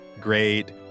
great